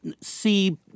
see